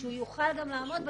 שהוא יוכל גם לעמוד בתשלומים,